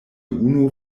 unu